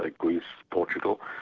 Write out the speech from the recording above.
ah greece, portugal,